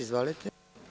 Izvolite.